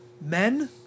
Men